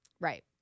Right